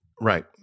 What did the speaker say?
right